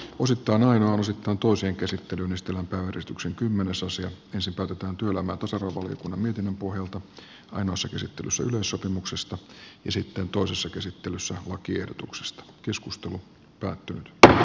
osittain aina on se tuntuu sen käsittely neste lämpö ensin päätetään työelämä ja tasa arvovaliokunnan mietinnön pohjalta ainoassa käsittelyssä yleissopimuksesta ja sitten toisessa käsittelyssä lakiehdotuksesta keskustelu päättyy tähän